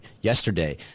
yesterday